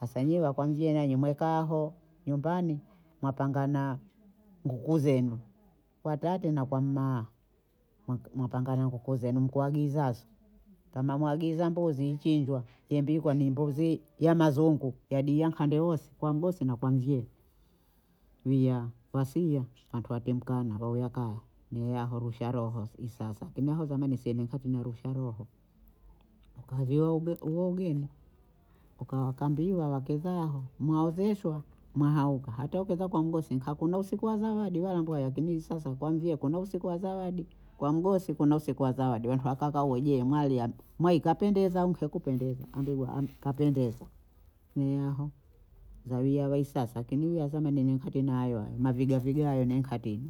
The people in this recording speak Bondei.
Hasa nyie wapanjiye ne nimwekaho nyumbani mwapanga na nguku zenu watati mnakuwa mnaaa m- mnapamga na kuku zenu mkuagizazo, kama muagiza mbuzi ichinjwa impikwa ni mbuzi ya mazungu yadia nkande wose kwa mgosi na kwa mvyee, wiya wasiya watu watimka na roho ya kaya, neyaho rusha roho i sasa, kini aho zamani sie katina rusha roho, wakavyoombe uwogeni ukawa kambiwa wakezaha mwaozeshwa mwa hauka, hata ukieza kwa mgosi kakuna usiku wa zawadi wala mbwayi akini sasa kwa mvyee kuna usiku wa zawadi, kwa mgosi kuna usiku wa zawadi wende wata uwejee mwari, mwayi kapendeza au nkikupendeza ambigwa hanu kapendeza nyie aho zawiya awahi sasa kibidi aseme ninyi katina hayo hayo, mavigavigayo ne katina,